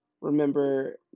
remember